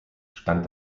stand